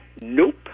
Nope